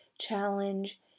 challenge